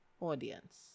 audience